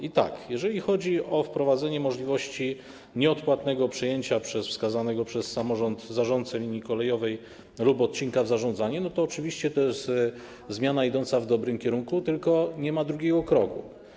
I tak, jeżeli chodzi o wprowadzenie możliwości nieodpłatnego przejęcia przez wskazanego przez samorząd zarządcę linii kolejowej lub odcinka w zarządzanie, to oczywiście to jest zmiana idąca w dobrym kierunku, tylko nie ma drugiego kroku.